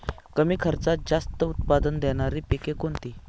कमी खर्चात जास्त उत्पाद देणारी पिके कोणती?